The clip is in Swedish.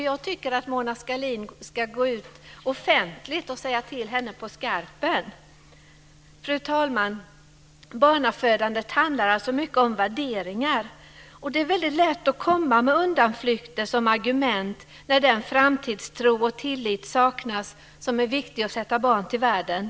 Jag tycker att Mona Sahlin ska gå ut offentligt och säga till henne på skarpen. Fru talman! Barnafödande handlar mycket om värderingar. Det är lätt att komma med undanflykter som argument när den framtidstro och tillit saknas som är viktig för att sätta barn till världen.